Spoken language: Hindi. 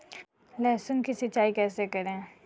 लहसुन की सिंचाई कैसे करें?